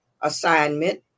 assignment